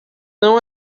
não